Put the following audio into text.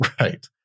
Right